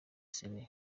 sebeya